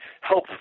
help